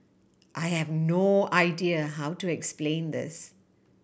I have no idea how to explain this